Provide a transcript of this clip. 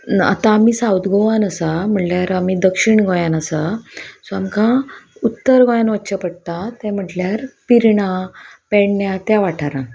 आतां आमी सावथ गोवान आसा म्हणल्यार आमी दक्षिण गोंयान आसा सो आमकां उत्तर गोंयान वच्चें पडटा तें म्हटल्यार पिरणां पेडण्या त्या वाठारांत